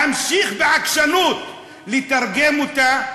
להמשיך בעקשנות לתרגם אותה.